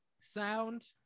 Sound